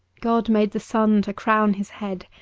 god made the sun to crown his head.